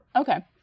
Okay